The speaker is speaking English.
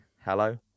hello